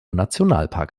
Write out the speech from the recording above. nationalpark